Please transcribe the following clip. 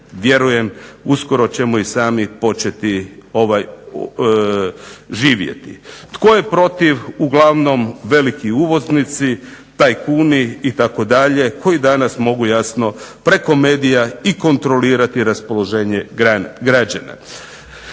vjerujem uskoro ćemo i sami početi živjeti. Tko je protiv, uglavnom veliki uvoznici, tajkuni itd. koji danas mogu jasno preko medija i kontrolirati raspoloženje građana.